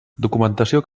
documentació